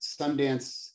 Sundance